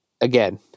Again